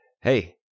hey